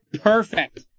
perfect